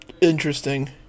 interesting